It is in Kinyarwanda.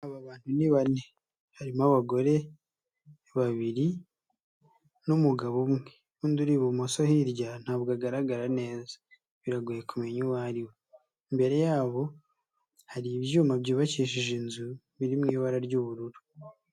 Aba bantu ni bane, harimo abagore babiri n'umugabo umwe, undi uri ibumoso hirya ntabwo agaragara neza biragoye kumenya uwo ari we, imbere yabo hari ibyuma byubakishije inzu biri mu ibara ry'ubururu.